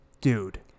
dude